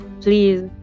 please